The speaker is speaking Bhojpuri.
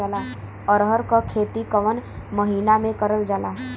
अरहर क खेती कवन महिना मे करल जाला?